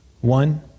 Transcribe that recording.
One